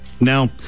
Now